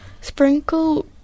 Sprinkle